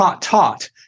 taught